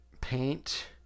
paint